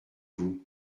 vous